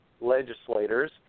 legislators